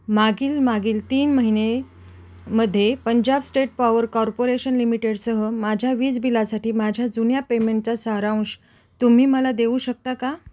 मागील मागील तीन महिनेमध्ये पंजाब स्टेट पॉवर कॉर्पोरेशन लिमिटेडसह माझ्या वीज बिलासाठी माझ्या जुन्या पेमेंटचा सारांश तुम्ही मला देऊ शकता का